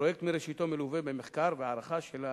הפרויקט מלווה מראשיתו במחקר והערכה של,